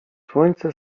słońce